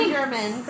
German